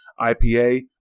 IPA